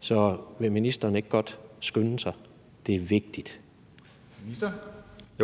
Så vil ministeren ikke godt skynde sig? Det er vigtigt. Kl.